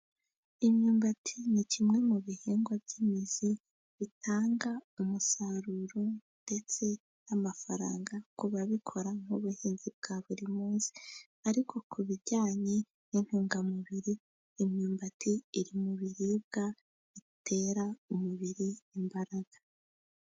Imyumbati ni kimwe mu bihingwa by'imizi bitanga umusaruro, ndetse n'amafaranga ku babikora nk'ubuhinzi bwa buri munsi. Ariko ku bijyanye n'intungamubiri, imyumbati iri mu biribwa bitera umubiri imbaraga.